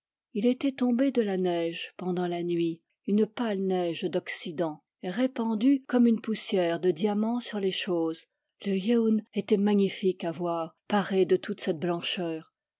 il était tombé de la neige pendant la nuit une pâle neige d'occident répandue comme une poussière de diamant sur les choses le yeun était magnifique à voir paré de toute cette blancheur